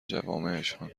جوامعشان